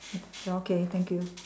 ya okay thank you